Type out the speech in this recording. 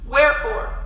Wherefore